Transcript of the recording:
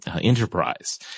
enterprise